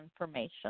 information